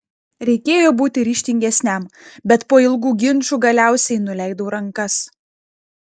reikėjo būti ryžtingesniam bet po ilgų ginčų galiausiai nuleidau rankas